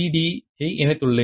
D இணைத்துள்ளேன்